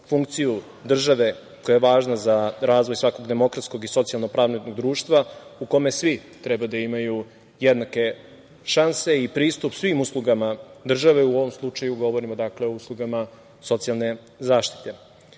funkciju države koja je važna za razvoj svakog demokratskog i socijalno-pravnog društva u kome svi treba da imaju jednake šanse i pristup svim uslugama države. U ovom slučaju govorimo o uslugama socijalne